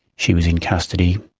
she was in custody,